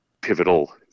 pivotal